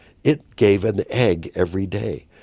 it gave an egg every day.